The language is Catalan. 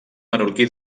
menorquí